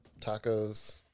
tacos